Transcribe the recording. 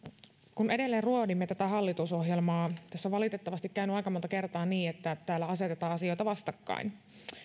edelleen ruodimme tätä hallitusohjelmaa ja tässä on valitettavasti käynyt aika monta kertaa niin että täällä asetetaan asioita vastakkain